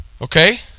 Okay